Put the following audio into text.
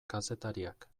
kazetariak